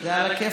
זה עלא כיפאק.